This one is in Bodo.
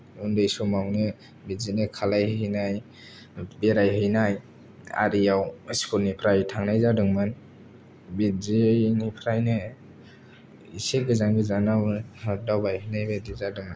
उन्दै समावनो बिदिनो खालामहैनाय बेरायहैनाय आरिआव स्कुलनिफ्राय थांनाय जादोंमोन बिदिनिफ्रायनो इसे गोजान गोजान दावबायहैनाय बायदि जादों